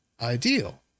ideal